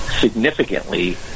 significantly